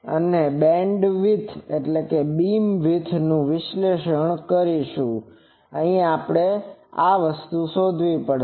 અને નું વિશ્લેષણ કરીશું આપણે અહીંથી શોધવા પડશે